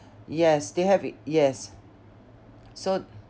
yes they have it yes so